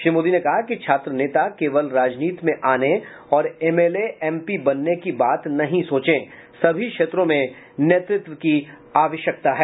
श्री मोदी ने कहा कि छात्र नेता केवल राजनीति में आने और एमएलए एपी बनने की बात नहीं सोचे सभी क्षेत्रों में नेतृत्व की आवश्यकता है